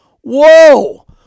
Whoa